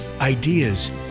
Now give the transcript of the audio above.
Ideas